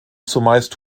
zumeist